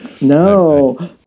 No